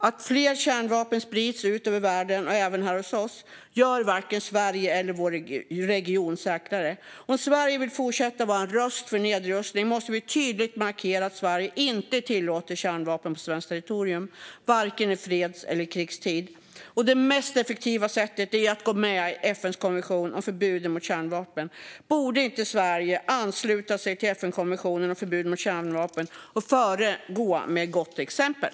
Att fler kärnvapen sprids ut över världen, även här hos oss, gör varken Sverige eller vår region säkrare. Om Sverige vill fortsätta att vara en röst för nedrustning måste vi tydligt markera att Sverige inte tillåter kärnvapen på svenskt territorium, varken i freds eller i krigstid. Det mest effektiva sättet är att gå med i FN:s konvention om förbud mot kärnvapen. Borde inte Sverige ansluta sig till FN-konventionen om förbud mot kärnvapen och föregå med gott exempel?